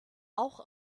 auch